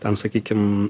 ten sakykim